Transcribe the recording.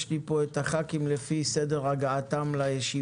יש לי פה רשימה של חברי הכנסת לפי סדר הגעתם לישיבה,